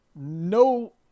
no